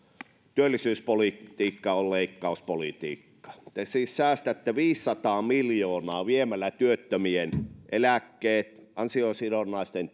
työllisyyspolitiikka on leikkauspolitiikkaa te siis säästätte viisisataa miljoonaa viemällä työttömien eläkkeet ansiosidonnaisesta